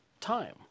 time